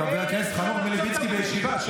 חבר הכנסת חנוך מלביצקי, בישיבה.